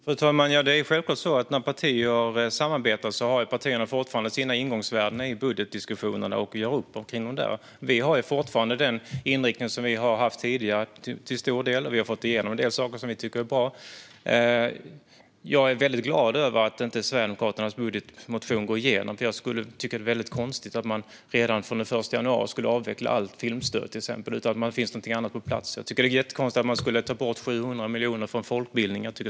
Fru talman! Det är självklart så att när partier samarbetar har de fortfarande sina ingångsvärden i budgetdiskussionerna och gör upp utifrån det. Vi har fortfarande till stor del den inriktning som vi har haft tidigare, och vi har fått igenom en del saker som vi tycker är bra. Jag är mycket glad över att inte Sverigedemokraternas budgetmotion går igenom, eftersom det skulle vara mycket konstigt om man redan från den 1 januari skulle avveckla till exempel allt filmstöd utan att det finns någonting annat på plats. Jag tycker att det skulle vara jättekonstigt om man skulle ta bort 700 miljoner kronor från folkbildningen.